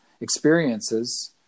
experiences